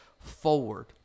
forward